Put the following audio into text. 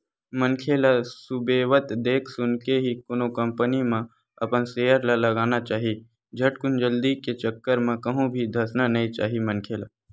मनखे ल सुबेवत देख सुनके ही कोनो कंपनी म अपन सेयर ल लगाना चाही झटकुन जल्दी के चक्कर म कहूं भी धसना नइ चाही मनखे ल